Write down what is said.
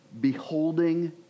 beholding